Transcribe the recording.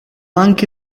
anche